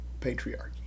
patriarchy